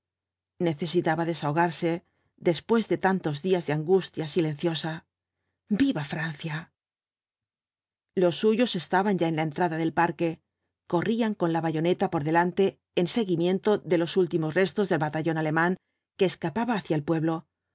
necesitaba desahogarse después de tantos días de angustia silenciosa viva francia los suyos estaban ya en la entrada del parque corrían con la bayoneta por delante en seguimiento de los últimos restos del batallón alemán que escapaba hacia el pueblo un